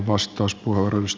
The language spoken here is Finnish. arvoisa puhemies